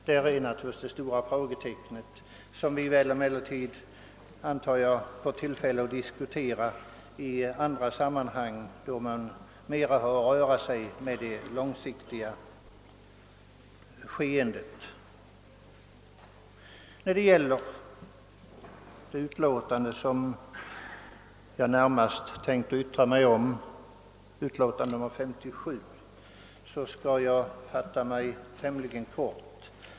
Detta är det stora frågetecknet, som vi emellertid antagligen får tillfälle att diskutera i andra sammanhang som mera rör det långsiktiga skeendet. När det gäller statsutskottets utlåtande nr 57 som jag närmast tänkte yttra mig om skall jag fatta mig kort.